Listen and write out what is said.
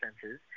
senses